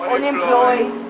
Unemployed